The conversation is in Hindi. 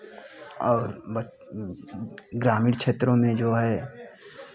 और ग्रामीण क्षेत्रो में जो है